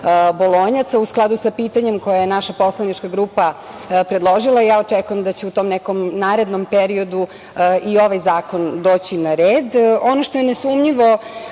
„bolonjaca“, a u skladu sa pitanjem koje je naša poslanička grupa predložila, ja očekujem da će u tom nekom narednom periodu i ovaj zakon doći na red. Ono što je nesumnjivo